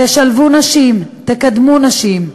תשלבו נשים, תקדמו נשים,